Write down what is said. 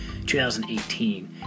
2018